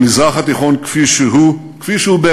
במזרח התיכון כפי שהוא באמת,